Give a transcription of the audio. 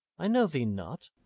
i know thee not.